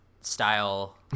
style